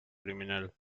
criminal